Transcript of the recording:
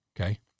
Okay